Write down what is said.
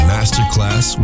Masterclass